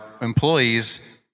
employees